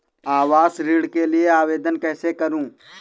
आवास ऋण के लिए आवेदन कैसे करुँ?